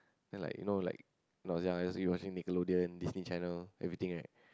and like you know like when I was young I just keep watching Nickelodeon Disney Channel everything right